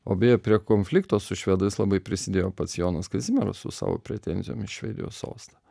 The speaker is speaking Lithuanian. o beje prie konflikto su švedais labai prisidėjo pats jonas kazimieras su savo pretenzijom į švedijos sostą